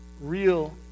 real